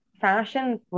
fashion